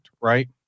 right